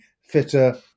fitter